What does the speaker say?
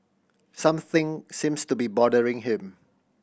something seems to be bothering him